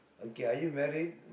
okay are you married